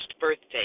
birthday